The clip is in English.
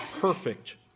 perfect